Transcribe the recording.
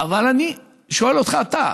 אבל אני שואל אותך: אתה,